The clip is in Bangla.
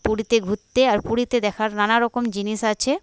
পুরীতে ঘুরতে আর পুরীতে দেখার নানারকম জিনিস আছে